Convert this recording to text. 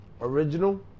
original